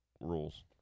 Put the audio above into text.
rules